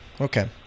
Okay